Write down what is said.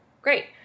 great